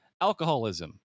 Alcoholism